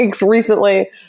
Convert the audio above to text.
recently